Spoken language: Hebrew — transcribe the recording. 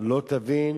לא תבין